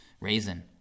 raisin